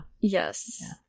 yes